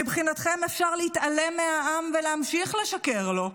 מבחינתכם אפשר להתעלם מהעם ולהמשיך לשקר לו,